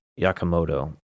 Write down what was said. Yakamoto